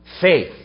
faith